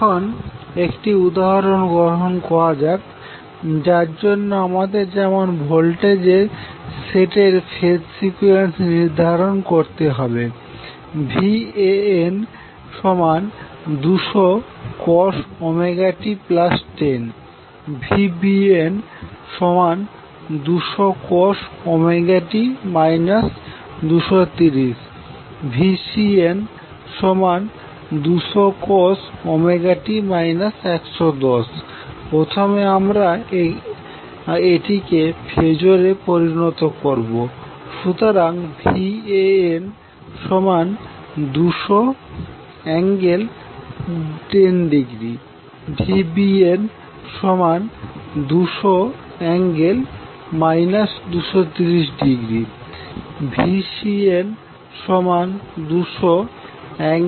এখন একটি উদাহরণ গ্রহণ করা যাক যার জন্য আমাদের যেমন ভোল্টেজের সেটের ফেজ সিকুয়েন্স নির্ধারণ করতে হবে van200cos ωt10 vbn200cos ωt 230 vcn200cos ωt 110 প্রথমে আমরা এটিকে ফেজর এ পরিণত করবো সুতরাংVan200∠10° Vbn200∠ 230° Vcn200∠ 110°